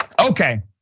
Okay